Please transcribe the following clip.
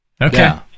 Okay